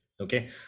Okay